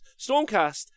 Stormcast